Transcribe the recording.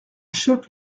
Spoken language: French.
choc